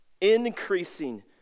Increasing